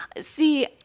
See